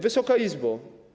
Wysoka Izbo!